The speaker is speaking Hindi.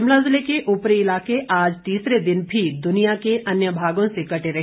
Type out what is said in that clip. शिमला ज़िले के ऊपरी इलाके आज तीसरे दिन भी दुनिया के अन्य भागों से कटे रहे